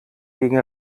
gegen